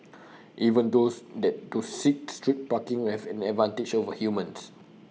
even those that do seek street parking would have an advantage over humans